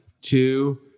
two